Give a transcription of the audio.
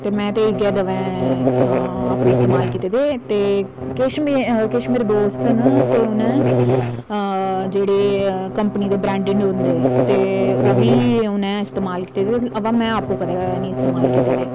ते में ते इ'यै दमें आपू इस्तेमाल कीते दे ते किश में मेरे दोस्त न ते उ'नें जेह्ड़े कम्पनी दे ब्रैंडड न होंदे ते ओह् बी उ'नें इस्तेमाल कीते दे होंदे अबा में आपू कदें नेईं इस्तेमाल कीते दे